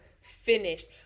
finished